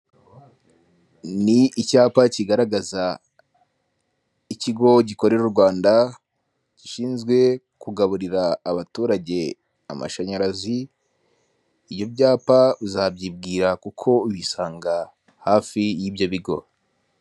Ni icyapa kigaragaza ikigo gikorera u Rwanda, gishinzwe kugaburira abaturage amashanyarazi. Ibyo ibyapa uzabyibwira kuko ubisanga hafi y'ibyo bigo.